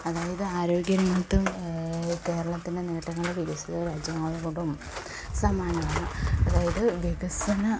അതായത് ആരോഗ്യരംഗത്തും കേരളത്തിന് നേട്ടങ്ങൾ വികസിത രാജ്യങ്ങളോടും സമാനമാണ് അതായത് വികസന